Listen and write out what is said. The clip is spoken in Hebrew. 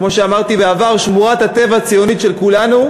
כמו שאמרתי בעבר, שמורת הטבע הציונית של כולנו.